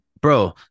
bro